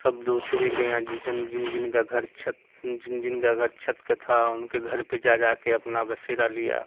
سب دوسرے کے یہاں جس دن جن جن کا گھر چھت جن جن کا گھر چھت کا تھا ان کے گھر پہ جا جا کے اپنا بسیرا لیا